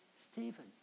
Stephen